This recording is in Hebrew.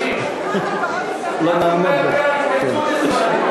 לא נעמוד בזה.